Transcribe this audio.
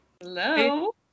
Hello